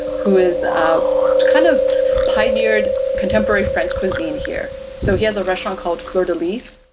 who is kind of pioneered contemporary french cuisine here. so he has a restaurant called fleur de lys.